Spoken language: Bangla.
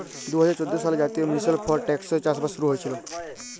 দু হাজার চোদ্দ সালে জাতীয় মিশল ফর টেকসই চাষবাস শুরু হঁইয়েছিল